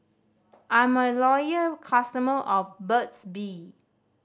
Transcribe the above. I'm a loyal customer of Burt's Bee